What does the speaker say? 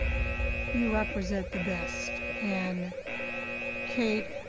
you represent the best and kate,